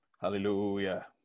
Hallelujah